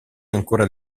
ancora